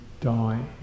die